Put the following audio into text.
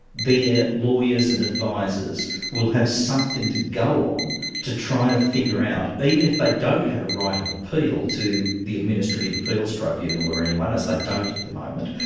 lawyers and advisers will have something to go on to try to figure out, even if they don't have a right of appeal to the administrative appeals tribunal or anyone, as they don't at the moment,